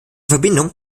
verbindung